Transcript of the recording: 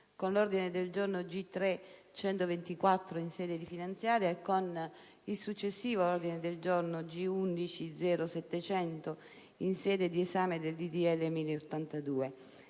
con l'ordine del giorno G3.124, in sede di finanziaria, e con il successivo ordine del giorno G11.0.700, in sede di esame del disegno